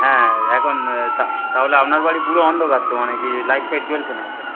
হ্যাঁ এখন তা তাহলে আপনার বাড়ি পুরো অন্ধকার তো মানে কিছু লাইট ফাইট জ্বলছে তো